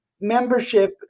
membership